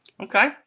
Okay